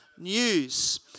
News